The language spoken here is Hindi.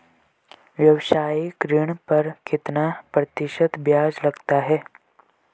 व्यावसायिक ऋण पर कितना प्रतिशत ब्याज लगता है?